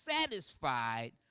satisfied